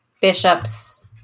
Bishop's